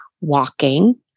Walking